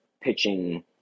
pitching